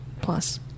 Plus